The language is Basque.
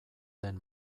den